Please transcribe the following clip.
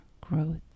growth